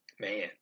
man